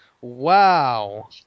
Wow